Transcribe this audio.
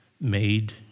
made